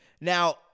Now